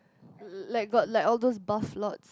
like got like all those buff lots